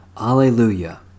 Alleluia